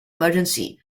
emergency